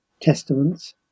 Testaments